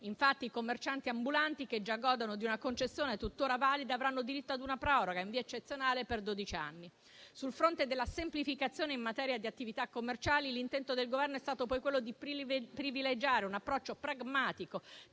Infatti, i commercianti ambulanti, che già godono di una concessione tuttora valida, avranno diritto ad una proroga in via eccezionale per dodici anni. Sul fronte della semplificazione in materia di attività commerciali, l'intento del Governo è stato poi quello di privilegiare un approccio pragmatico,